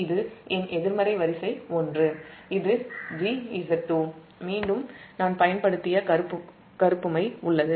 இது என் எதிர்மறை வரிசை ஒன்று இது g Z2 மீண்டும் நான் பயன்படுத்திய கருப்பு மை உள்ளது